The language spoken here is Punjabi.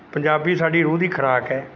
ਪੰਜਾਬੀ ਸਾਡੀ ਰੂਹ ਦੀ ਖੁਰਾਕ ਹੈ